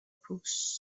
prose